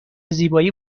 زیبایی